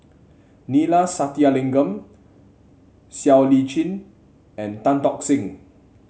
Neila Sathyalingam Siow Lee Chin and Tan Tock Seng